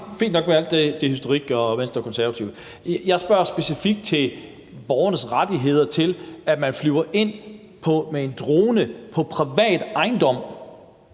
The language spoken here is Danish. Fint nok med al den historik og Venstre og Konservative. Jeg spørger specifikt til borgernes rettigheder i forbindelse med at flyve en drone ind på privat ejendom.